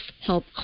help